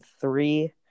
three